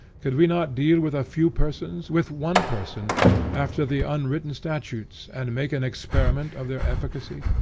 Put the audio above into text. could we not deal with a few persons with one person after the unwritten statutes, and make an experiment of their efficacy?